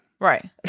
Right